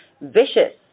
vicious